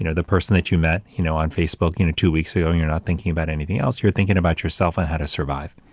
you know the person that you met, you know, on facebook, you know, two weeks ago, you're not thinking about anything else you're thinking about yourself and ah how to survive.